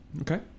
Okay